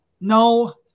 No